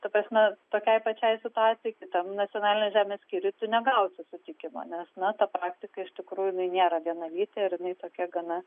ta prasme tokiai pačiai situacijai kitam nacionalinės žemės skiriuj tu negausi sutikimo nes na ta praktika iš tikrųjų jinai nėra vienalytė ir jinai tokia gana